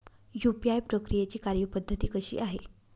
UPI प्रक्रियेची कार्यपद्धती कशी आहे?